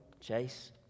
Chase